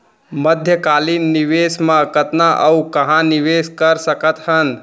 मध्यकालीन निवेश म कतना अऊ कहाँ निवेश कर सकत हन?